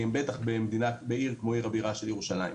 בטח בעיר כמו עיר הבירה של ירושלים.